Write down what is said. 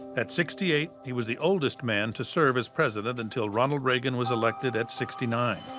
at sixty eight, he was the oldest man to serve as president until ronald reagan was elected at sixty nine.